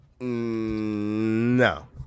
No